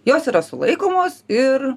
jos yra sulaikomos ir